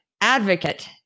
Advocate